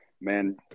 man